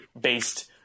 based